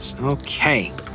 Okay